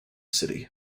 city